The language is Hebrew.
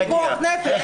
זה פיקוח נפש.